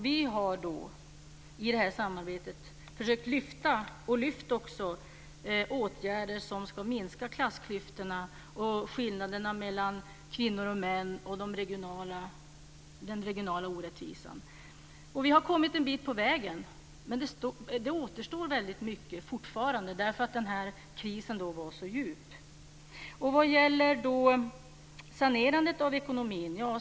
Vi har i samarbetet försökt att vidta åtgärder som ska minska klassklyftorna, skillnaderna mellan kvinnor och män och den regionala orättvisan. Vi har kommit en bit på väg, men det återstår fortfarande mycket eftersom krisen var så djup. Sedan var det frågan om saneringen av ekonomin.